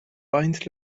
baint